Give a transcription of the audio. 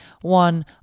one